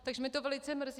Takže mě to velice mrzí.